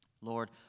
Lord